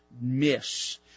miss